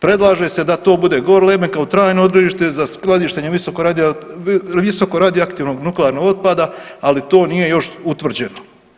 Predlaže se da to bude Gorleben kao trajno …/nerazumljivo/… za skladištenje visokoradioaktivnog nuklearnog otpada, ali to nije još utvrđeno.